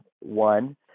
One